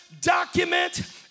document